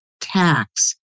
tax